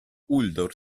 uldor